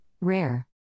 Rare